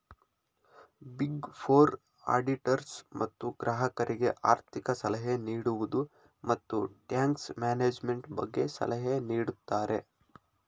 big four auditors ತಮ್ಮ ಗ್ರಾಹಕರಿಗೆ ಆರ್ಥಿಕ ಸಲಹೆ ನೀಡುವುದು, ಮತ್ತು ಟ್ಯಾಕ್ಸ್ ಮ್ಯಾನೇಜ್ಮೆಂಟ್ ಬಗ್ಗೆ ಸಲಹೆ ನೀಡುತ್ತಾರೆ